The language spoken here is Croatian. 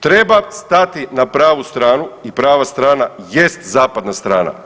Treba stati na pravu stranu i prava strana jest zapadna strana.